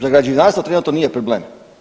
Za građevinarstvo trenutno nije problem.